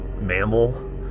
mammal